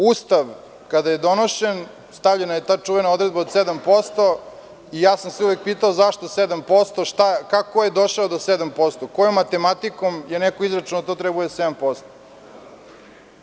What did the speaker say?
Ustav, kada je donošen, stavljena je ta čuvena odredba od 7% i ja sam se uvek pitao- zašto 7%, ko je došao do 7%, kojom matematikom je neko izračunao da to treba da bude 7%